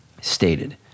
stated